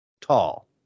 Tall